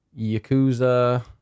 Yakuza